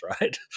right